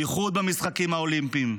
בייחוד במשחקים האולימפיים.